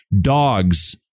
Dogs